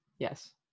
Yes